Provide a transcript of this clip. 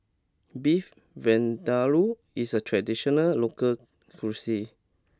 Beef Vindaloo is a traditional local cuisine